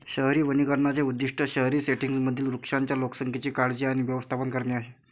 शहरी वनीकरणाचे उद्दीष्ट शहरी सेटिंग्जमधील वृक्षांच्या लोकसंख्येची काळजी आणि व्यवस्थापन करणे आहे